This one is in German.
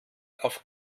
auf